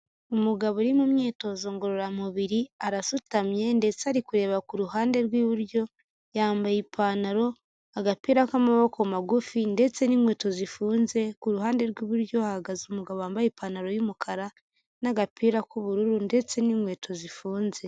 Umugabo uri mu myitozo ngororamubiri, arasutamye ndetse ari kureba ku ruhande rw'iburyo, yambaye ipantaro, agapira k'amaboko magufi ndetse n'inkweto zifunze, ku ruhande rw'iburyo hahagaze umugabo wambaye ipantaro y'umukara n'agapira k'ubururu ndetse n'inkweto zifunze.